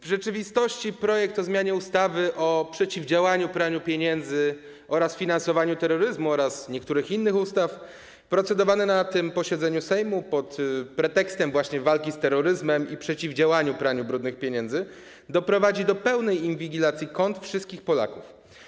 W rzeczywistości projekt ustawy o zmianie ustawy o przeciwdziałaniu praniu pieniędzy oraz finansowaniu terroryzmu oraz niektórych innych ustaw, procedowany na tym posiedzeniu Sejmu pod pretekstem właśnie walki z terroryzmem i przeciwdziałania praniu brudnych pieniędzy, doprowadzi do pełnej inwigilacji kont wszystkich Polaków.